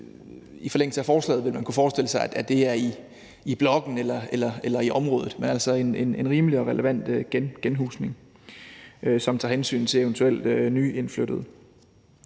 I forlængelse af forslaget vil man kunne forestille sig, at det er i blokken eller i området, men altså en rimelig og relevant genhusning, som tager hensyn til eventuelt nyindflyttede.